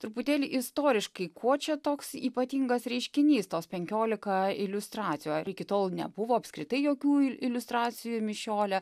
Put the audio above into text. truputėlį istoriškai kuo čia toks ypatingas reiškinys tos penkiolika iliustracijų ar iki tol nebuvo apskritai jokių il iliustracijų mišiole